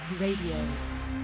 Radio